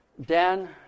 Dan